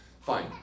fine